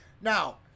Now